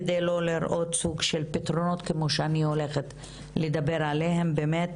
כדי לא לראות סוג של פתרונות כמו שאני עומדת לדבר עליהם באמת,